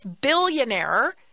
billionaire